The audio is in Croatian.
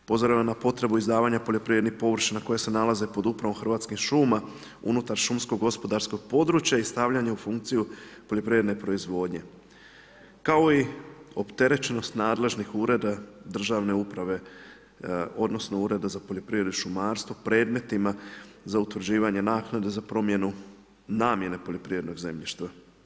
Upozoreno je na potrebu izdavanja poljoprivrednih površina, koje se nalaze pod upravom Hrvatskih šuma, unutar šumskog gospodarskog područja i stavljanja u funkciju poljoprivredne proizvodnje, kao i opterećenost nadležnih ureda državnih uprava, odnosno Ureda za poljoprivredu i šumarstvo, predmetima, za utvrđivanje naknade, za promjenu namjene poljoprivrednog zemljišta.